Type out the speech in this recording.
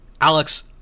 Alex